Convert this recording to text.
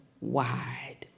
wide